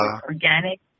organic